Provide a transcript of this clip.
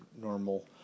normal